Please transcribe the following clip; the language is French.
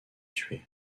tué